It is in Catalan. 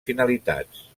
finalitats